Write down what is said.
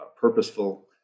purposeful